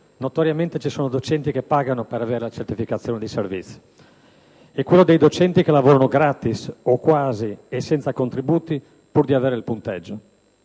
(notoriamente ci sono docenti che pagano per avere la certificazione di servizio) e quello dei docenti che lavorano gratis o quasi e senza contributi, pur di avere il punteggio.